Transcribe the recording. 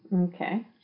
Okay